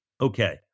okay